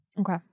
Okay